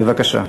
בבקשה.